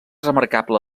remarcable